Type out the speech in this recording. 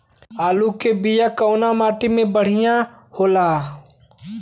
आलू के बिया कवना माटी मे बढ़ियां होला?